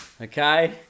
Okay